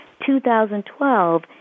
2012